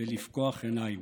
ולפקוח עיניים.